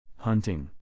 Hunting